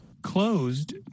Closed